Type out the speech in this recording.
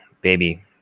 baby